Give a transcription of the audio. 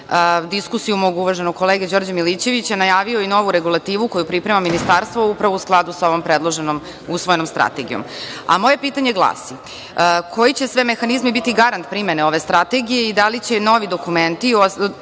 diskusiju mog uvaženog kolege Đorđa Milićevića, najavio i novu regulativu koju priprema Ministarstvo upravo u skladu sa ovom predloženom usvojenom strategijom. Moje pitanje glasi – koji će sve mehanizmi biti garant primene ove strategije i da li će novi dokumenti,